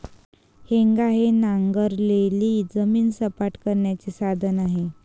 हेंगा हे नांगरलेली जमीन सपाट करण्याचे साधन आहे